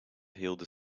heelde